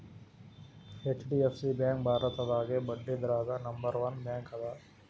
HDFC bank ಭಾರತದಾಗೇ ಬಡ್ಡಿದ್ರದಾಗ್ number one bank ಅದ